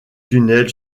tunnel